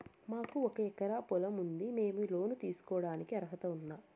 మాకు ఒక ఎకరా పొలం ఉంది మేము లోను తీసుకోడానికి అర్హత ఉందా